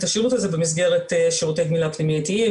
השירות הזה במסגרת שירותי גמילה פנימייתיים,